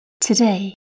Today